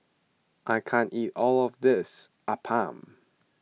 I can't eat all of this Appam